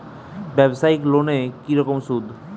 ব্যবসায়িক লোনে কি রকম সুদ?